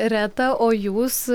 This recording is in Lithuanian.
reta o jūs